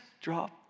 drop